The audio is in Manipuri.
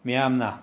ꯃꯤꯌꯥꯝꯅ